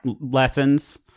lessons